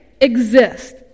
exist